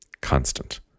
constant